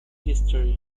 history